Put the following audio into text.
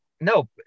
No